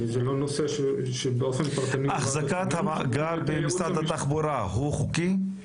זה לא נושא שבאופן פרטני --- החזקת המאגר במשרד התחבורה היא חוקית?